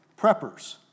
preppers